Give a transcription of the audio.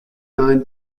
nine